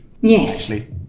Yes